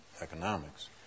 economics